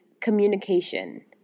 communication